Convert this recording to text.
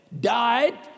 died